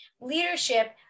leadership